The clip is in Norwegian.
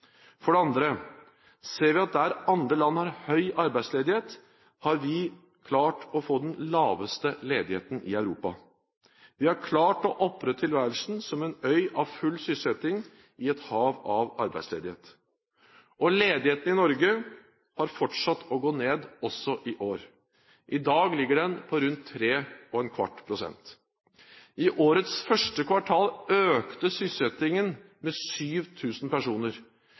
For det andre ser vi at der andre land har høy arbeidsledighet, har vi klart å få den laveste ledigheten i Europa. Vi har klart å opprettholde tilværelsen som en øy av full sysselsetting i et hav av arbeidsledighet. Og ledigheten i Norge har fortsatt å gå ned, også i år. I dag ligger den på rundt 3¼ pst. I årets første kvartal økte sysselsettingen med 7 000 personer.